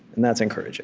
and that's encouraging